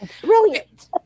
brilliant